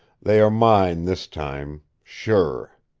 they are mine this time sure.